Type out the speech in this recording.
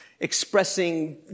expressing